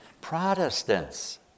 Protestants